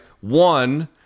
One